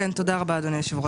תודה רבה אדוני היושב ראש.